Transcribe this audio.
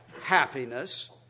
happiness